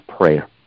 prayer